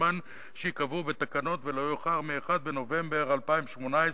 הזמן שייקבעו בתקנות ולא יאוחר מיום 1 בנובמבר 2018,